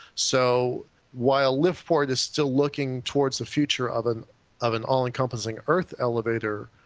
so while lift for it is still looking towards the future of an of an all-encompassing earth elevator,